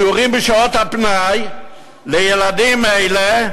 שיעורים בשעות הפנאי לילדים אלה,